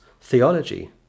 theology